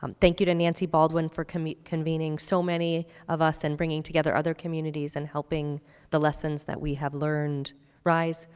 um thank you to nancy baldwin for convening so many of us and bringing together other communities and helping the lessons that we have learned rise.